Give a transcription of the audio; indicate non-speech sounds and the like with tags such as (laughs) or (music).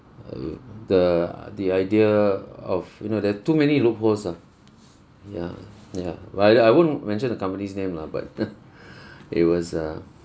err the uh the idea of you know there're too many loopholes ah ya ya but I I won't mention the company's name lah but (laughs) it was a